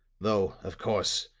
though, of course,